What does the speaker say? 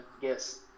guess